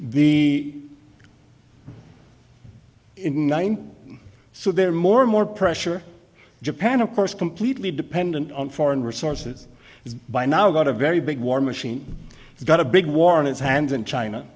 the nine so they're more and more pressure japan of course completely dependent on foreign resources is by now about a very big war machine it's got a big war on its hands and china